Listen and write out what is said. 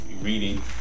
reading